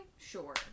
sure